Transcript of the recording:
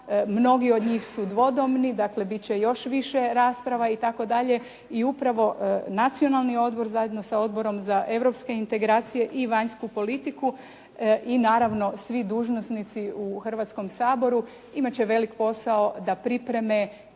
Mnogi od njih su dvodomni, dakle bit će još više rasprava itd. i upravo Nacionalni odbor zajedno sa Odborom za europske integracije i vanjsku politiku i naravno svi dužnosnici u Hrvatskom saboru imat će velik posao da pripreme